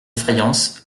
fayence